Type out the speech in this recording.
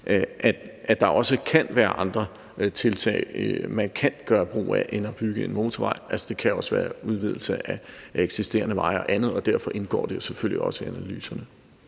at der også kan være andre tiltag, man kan gøre brug af, end at bygge en motorvej. Det kan også være udvidelse af eksisterende veje og andet, og derfor indgår det selvfølgelig også i analyserne.